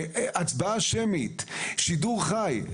הצבעה שמית, שידור חי.